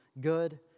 good